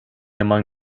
among